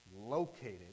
located